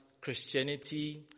Christianity